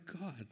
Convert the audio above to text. God